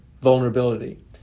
vulnerability